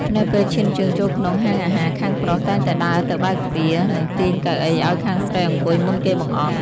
នៅពេលឈានជើងចូលក្នុងហាងអាហារ ខាងប្រុស តែងតែដើរទៅបើកទ្វារ និងទាញកៅអីឱ្យខាងស្រីអង្គុយមុនគេបង្អស់។